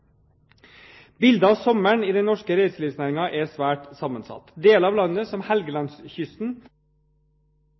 Bildet av sommeren i den norske reiselivsnæringen er svært sammensatt. Deler av landet, som Helgelandskysten,